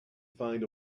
find